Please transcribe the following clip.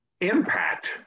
impact